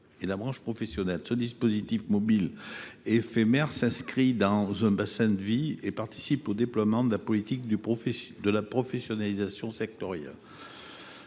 et la branche professionnelle compétente, ces dispositifs mobiles éphémères s’inscrivent dans un bassin de vie et participent au déploiement de la politique de professionnalisation sectorielle.